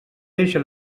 deixa